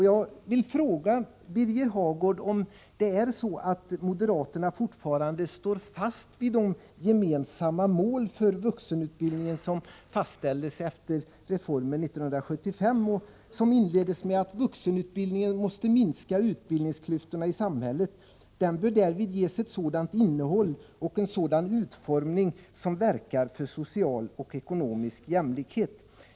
Jag vill fråga Birger Hagård om moderaterna fortfarande står fast vid de gemensamma mål för vuxenutbildningen som fastställdes efter reformen 1975, den som inleddes med orden: Vuxenutbildningen måste minska utbildningsklyftorna i samhället. Den bör därvid ges ett sådant innehåll och en sådan utformning som verkar för social och ekonomisk jämlikhet.